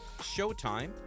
Showtime